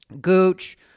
Gooch